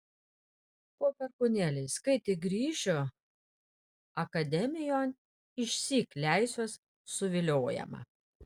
po perkūnėliais kai tik grįšiu akademijon išsyk leisiuosi suviliojama